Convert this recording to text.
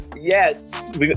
Yes